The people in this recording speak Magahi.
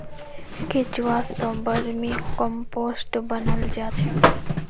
केंचुआ स वर्मी कम्पोस्ट बनाल जा छेक